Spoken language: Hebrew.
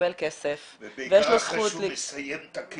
לקבל כסף -- ובעיקר אחרי שהוא מסיים את הקהילה,